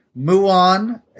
Muon